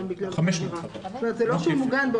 זה לא שהוא מוגן.